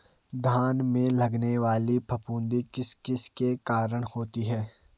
धान में लगने वाली फफूंदी किस किस के कारण होती है?